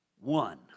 one